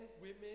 women